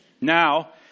Now